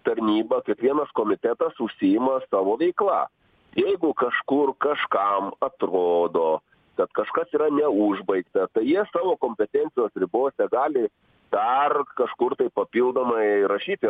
tarnyba kiekvienas komitetas užsiima savo veikla jeigu kažkur kažkam atrodo kad kažkas yra neužbaigta tai jie savo kompetencijos ribose gali dar kažkur tai papildomai rašyti